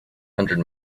hundred